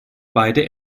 beide